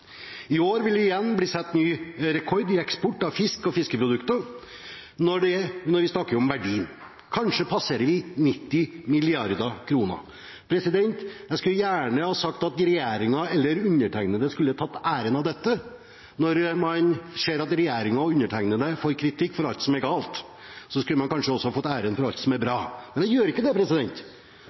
I år vil det igjen bli satt ny rekord i eksport av fisk og fiskeprodukter, når vi snakker om verdi – kanskje passerer vi 90 mrd. kr. Jeg skulle gjerne sagt at regjeringen eller undertegnede tar æren for dette. Når regjeringen og undertegnede får kritikk for alt som er galt, skulle man kanskje også fått æren for alt som er bra. Men jeg gjør ikke det,